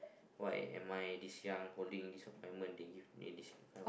why am I this young holding this appointment the youth made this